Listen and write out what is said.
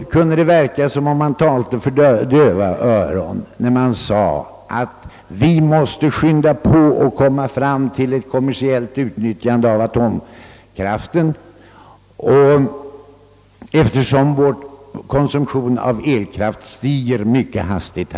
Då kunde det verka som om man talade för döva öron när man sade, att vi måste skynda på för att komma fram till ett kommersiellt utnyttjande av atomkraften, eftersom vår konsumtion av elkraft stiger mycket hastigt.